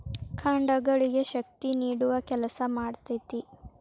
ಕಾಂಡಗಳಿಗೆ ಶಕ್ತಿ ನೇಡುವ ಕೆಲಸಾ ಮಾಡ್ತತಿ